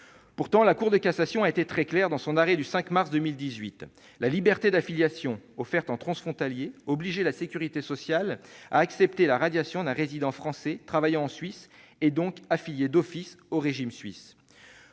Pourtant, la Cour de cassation a été très claire dans son arrêt du 5 mars 2018 : la liberté d'affiliation offerte aux transfrontaliers oblige la sécurité sociale à accepter la radiation d'un résident français travaillant en Suisse et affilié d'office au régime suisse.